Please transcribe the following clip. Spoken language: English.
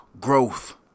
growth